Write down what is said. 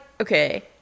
okay